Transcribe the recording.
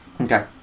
Okay